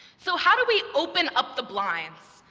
so how do we open up the blinds?